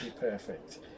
perfect